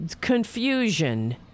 confusion